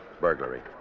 Burglary